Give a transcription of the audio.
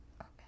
Okay